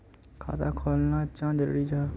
खाता खोलना चाँ जरुरी जाहा?